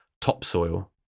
topsoil